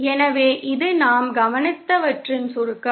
எனவே இது நாம் கவனித்தவற்றின் சுருக்கம்